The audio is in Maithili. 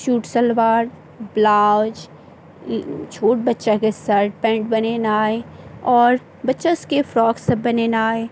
सूट सलवार ब्लाउज छोट बच्चाके शर्ट पैंट बनेनाइ आओर बच्चा सबके फ्रॉक सब बनेनाइ